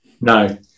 No